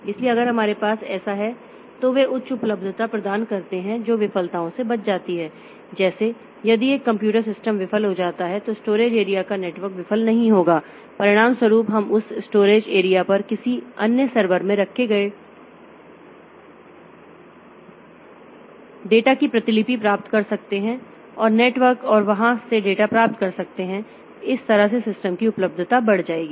इसलिए अगर हमारे पास ऐसा है तो वे उच्च उपलब्धता सेवा प्रदान करते हैं जो विफलताओं से बच जाती है जैसे यदि एक कंप्यूटर सिस्टम विफल हो जाता है तो स्टोरेज एरिया का नेटवर्क विफल नहीं होगा परिणामस्वरूप हम उस स्टोरेज एरिया पर किसी अन्य सर्वर में रखे गए डेटा की प्रतिलिपि प्राप्त कर सकते हैं नेटवर्क और वहां से डेटा प्राप्त कर सकते हैं इस तरह सिस्टम की उपलब्धता बढ़ जाएगी